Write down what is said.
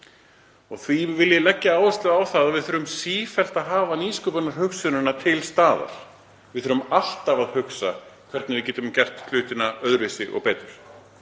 og því vil ég leggja áherslu á það að við þurfum sífellt að hafa nýsköpunarhugsunina til staðar. Við þurfum alltaf að hugsa hvernig við getum gert hlutina öðruvísi og betur.